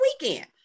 weekend